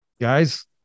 guys